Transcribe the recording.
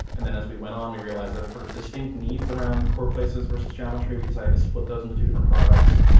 and then as we went on, we realized there're sort of distinct needs around core places versus geometry. we decide to split those into two different products,